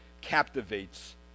captivates